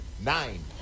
nine